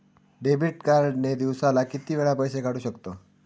Debit card ने दिवसाला किती वेळा पैसे काढू शकतव?